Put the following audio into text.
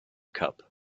cup